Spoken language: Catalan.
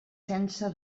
sense